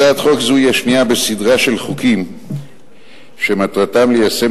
הצעת חוק זו היא השנייה בסדרה של חוקים שמטרתם ליישם